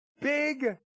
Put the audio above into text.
Big